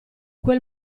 quel